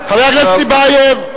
חבר הכנסת טיבייב.